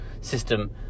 system